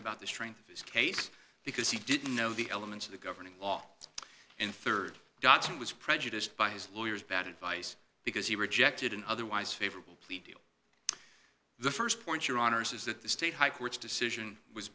about the strength of his case because he didn't know the elements of the governing law in rd datsun was prejudiced by his lawyers bad advice because he rejected an otherwise favorable plea deal the st point your honour's is that the state high court's decision was